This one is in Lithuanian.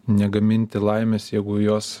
negaminti laimės jeigu jos